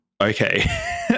okay